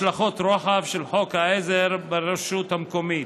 השלכות רוחב של חוק העזר ברשות המקומית.